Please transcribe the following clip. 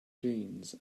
jeans